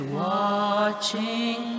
watching